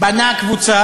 הוא בנה קבוצה